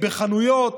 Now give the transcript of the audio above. בחנויות,